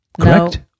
Correct